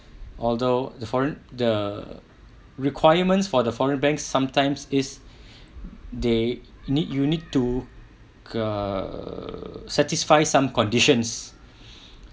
although the foreign the requirements for the foreign banks sometimes is they need you need to err satisfy some conditions